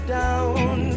down